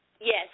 Yes